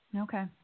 Okay